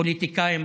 פוליטיקאים,